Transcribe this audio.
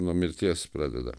nuo mirties pradeda